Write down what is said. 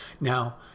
Now